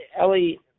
Ellie